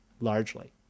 largely